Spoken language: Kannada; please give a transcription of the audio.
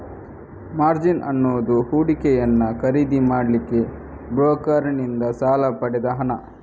ಮಾರ್ಜಿನ್ ಅನ್ನುದು ಹೂಡಿಕೆಯನ್ನ ಖರೀದಿ ಮಾಡ್ಲಿಕ್ಕೆ ಬ್ರೋಕರನ್ನಿಂದ ಸಾಲ ಪಡೆದ ಹಣ